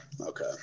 Okay